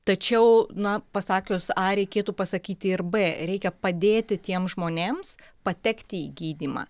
tačiau na pasakius a reikėtų pasakyti ir b reikia padėti tiem žmonėms patekti į gydymą